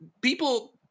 people